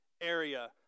area